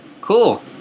cool